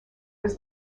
was